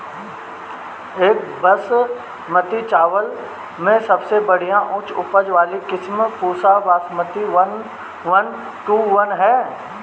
एक बासमती चावल में सबसे बढ़िया उच्च उपज वाली किस्म Pusa Basmati one one two one ह?